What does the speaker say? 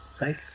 Right